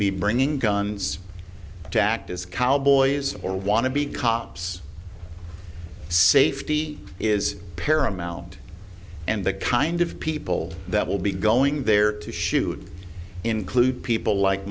be bringing guns to act as cowboys or want to be cops safety is paramount and the kind of people that will be going there to shoot include people like